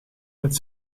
met